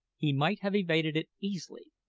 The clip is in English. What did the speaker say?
he might have evaded it easily,